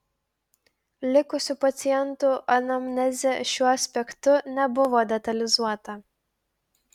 likusių pacientų anamnezė šiuo aspektu nebuvo detalizuota